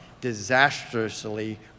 disastrously